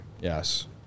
Yes